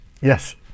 Yes